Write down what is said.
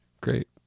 Great